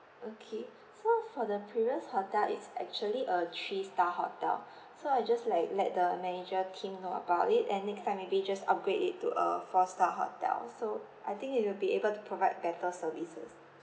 okay so for the previous hotel it's actually a three star hotel so I will just like let the manager team know about it and next time maybe just upgrade it to a four star hotel so I think it will be able to provide better services